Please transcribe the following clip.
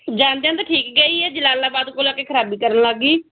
ਜਾਂਦਿਆ ਤਾਂ ਠੀਕ ਗਈ ਹੈ ਜਲਾਲਾਬਾਦ ਕੋਲ ਆ ਕੇ ਖ਼ਰਾਬੀ ਕਰਨ ਲੱਗ ਗਈ